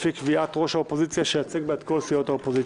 לפי קביעת ראש האופוזיציה שייצג בה את כל סיעות האופוזיציה.